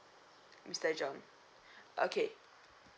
mr john okay